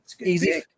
easy